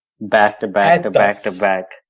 Back-to-back-to-back-to-back